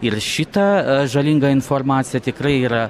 ir šita žalinga informacija tikrai yra